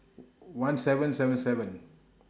one seven seven seven